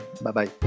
Bye-bye